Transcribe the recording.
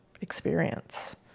experience